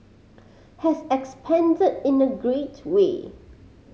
has expanded in a great way